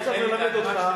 אני לא צריך ללמד אותך,